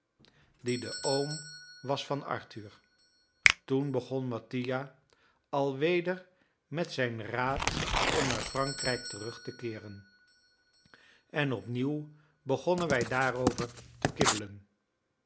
die de oom was van arthur toen begon mattia alweder met zijn raad om naar frankrijk terug te keeren en opnieuw begonnen wij daarover te kibbelen